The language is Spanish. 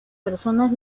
personas